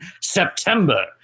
September